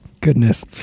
Goodness